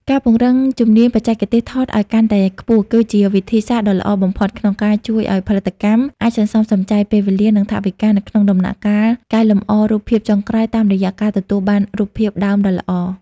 ការពង្រឹងជំនាញបច្ចេកទេសថតឱ្យកាន់តែខ្ពស់ គឺជាវិធីសាស្ត្រដ៏ល្អបំផុតក្នុងការជួយឱ្យផលិតកម្មអាចសន្សំសំចៃពេលវេលា និងថវិកានៅក្នុងដំណាក់កាលកែសម្រួលរូបភាពចុងក្រោយតាមរយៈការទទួលបានរូបភាពដើមដ៏ល្អ។